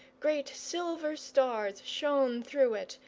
great silver stars shone through it,